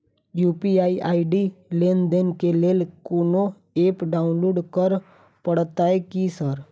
UPI ID लेनदेन केँ लेल कोनो ऐप डाउनलोड करऽ पड़तय की सर?